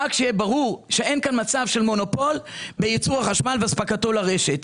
רק שיהיה ברור שאין כאן מצב של מונופול בייצור החשמל ובאספקתו לרשת.